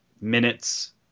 minutes